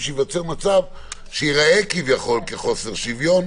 שייווצר מצב שיראה כביכול כחוסר שוויון,